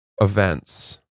events